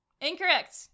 Incorrect